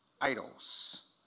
idols